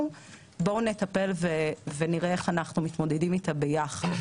וכך לטפל בה ונראה איך מתמודדים איתה יחד.